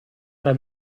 era